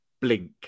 Blink